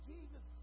Jesus